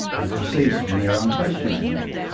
and proceeds from there unquestioningly.